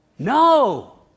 No